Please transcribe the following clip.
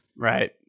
Right